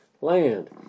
land